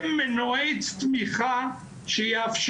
אני בא ואני אומר,